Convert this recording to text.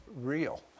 real